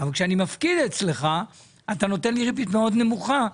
אבל כשאני מפקיד אצלך אתה נותן לי ריבית מאוד נמוכה.